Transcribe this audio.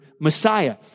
Messiah